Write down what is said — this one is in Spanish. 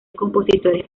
compositores